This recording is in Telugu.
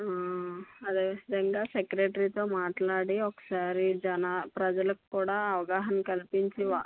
అదే విధంగా సెక్రటరీతో మాట్లాడి ఒకసారి జనా ప్రజలకు కూడా అవగాహన కల్పించి